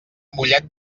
mollet